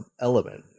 element